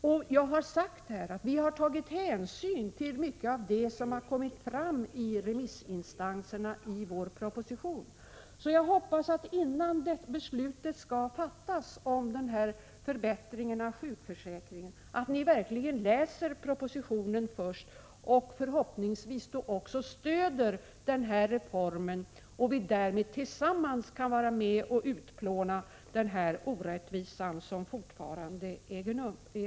Jag har här sagt att vi i vår proposition har tagit hänsyn till mycket av det som anförts av remissinstanserna. Och jag hoppas att ni, innan beslutet skall fattas om denna förbättring av sjukförsäkringen, verkligen läser propositionen — och då också stöder den här reformen, så att vi tillsammans kan vara med och utplåna den orättvisa som fortfarande finns.